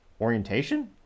orientation